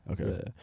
Okay